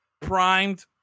primed